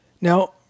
Now